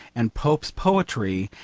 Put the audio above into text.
and pope's poetry,